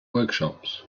workshops